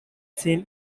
seen